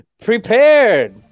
Prepared